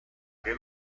che